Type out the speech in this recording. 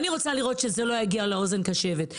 אני רוצה לראות שזה לא יגיע לאוזן קשבת.